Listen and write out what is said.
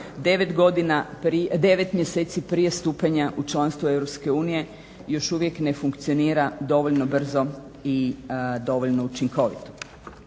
9 mjeseci prije stupanja u članstvo Europske unije, još uvijek ne funkcionira dovoljno brzo i dovoljno učinkovito.